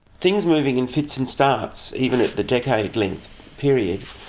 things moving in fits and starts, even at the decade length period,